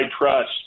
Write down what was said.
trust